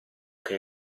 che